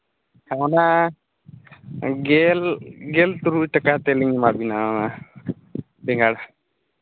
ᱚᱱᱟ ᱜᱮᱞ ᱜᱮᱞ ᱛᱩᱨᱩᱭ ᱴᱟᱠᱟ ᱛᱮᱞᱤᱧ ᱮᱢᱟ ᱵᱮᱱᱟ ᱚᱱᱟ ᱵᱮᱸᱜᱟᱲ